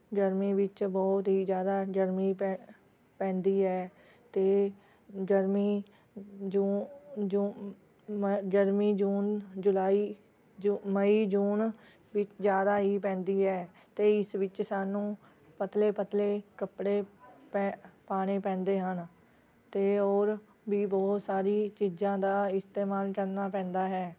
ਗਰਮੀ ਵਿੱਚ ਬਹੁਤ ਹੀ ਜ਼ਿਆਦਾ ਗਰਮੀ ਪੈ ਪੈਂਦੀ ਹੈ ਅਤੇ ਗਰਮੀ ਜੂ ਜੂ ਮ ਗਰਮੀ ਜੂਨ ਜੁਲਾਈ ਜੂ ਮਈ ਜੂਨ ਵਿੱਚ ਜ਼ਿਆਦਾ ਹੀ ਪੈਂਦੀ ਹੈ ਅਤੇ ਇਸ ਵਿੱਚ ਸਾਨੂੰ ਪਤਲੇ ਪਤਲੇ ਕੱਪੜੇ ਪੈ ਪਾਉਣੇ ਪੈਂਦੇ ਹਨ ਅਤੇ ਹੋਰ ਵੀ ਬਹੁਤ ਸਾਰੀ ਚੀਜ਼ਾਂ ਦਾ ਇਸਤੇਮਾਲ ਕਰਨਾ ਪੈਂਦਾ ਹੈ